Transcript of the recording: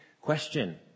question